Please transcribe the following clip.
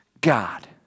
God